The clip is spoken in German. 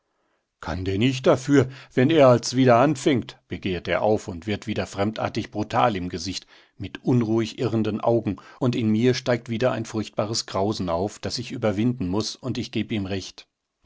kann denn ich dafür wenn er als wieder anfängt begehrt er auf und wird wieder fremdartig brutal im gesicht mit unruhig irrenden augen und in mir steigt wieder ein furchtbares grausen auf das ich überwinden muß und ich geb ihm recht